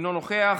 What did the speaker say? אינו נוכח,